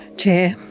chair.